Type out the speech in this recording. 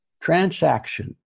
transaction